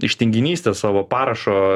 iš tinginystės savo parašo